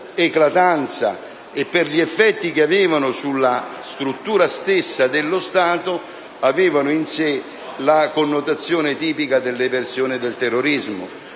e per gli effetti che avevano sulla struttura stessa dello Stato, avevano in sé la connotazione tipica dell'eversione e del terrorismo.